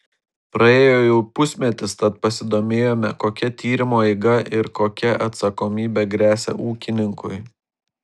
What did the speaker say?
praėjo jau pusmetis tad pasidomėjome kokia tyrimo eiga ir kokia atsakomybė gresia ūkininkui